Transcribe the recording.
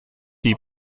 die